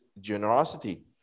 generosity